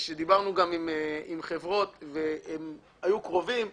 ודיברנו גם עם חברות שהיו קרובות לה,